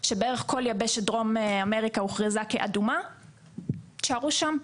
שבערך כל יבשת דרום אמריקה הוכרזה כאדומה - תישארו שם.